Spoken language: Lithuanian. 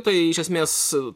tai iš esmės